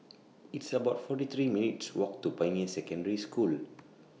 It's about forty three minutes' Walk to Pioneer Secondary School